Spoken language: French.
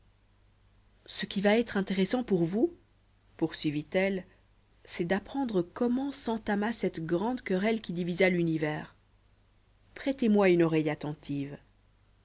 ce qui va être intéressant pour vous poursuivit-elle c'est d'apprendre comment s'entama cette grande querelle qui divisa l'univers prêtez-moi une oreille attentive